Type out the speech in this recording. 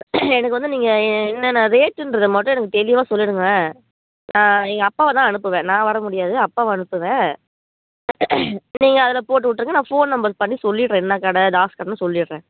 எனக்கு வந்து நீங்கள் என்னென்னா ரேட்டுன்றத மட்டும் எனக்கு தெளிவாக சொல்லிடுங்க ஆ எங்கள் அப்பாவை தான் அனுப்புவேன் நான் வர முடியாது அப்பாவை அனுப்புவேன் நீங்கள் அதில் போட்டுவிட்ருங்க நான் ஃபோன் நம்பர் பண்ணி சொல்லிடுறேன் என்ன கடை தாஸ் கடைன்னு சொல்லிடுறேன்